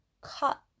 cut